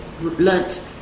learnt